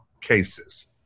cases